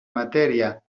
matèria